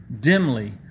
dimly